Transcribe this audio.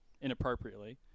inappropriately